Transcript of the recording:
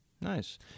Nice